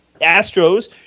astros